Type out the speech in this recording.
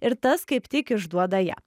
ir tas kaip tik išduoda ją